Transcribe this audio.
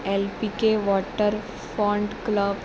L P K waterfront club